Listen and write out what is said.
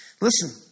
Listen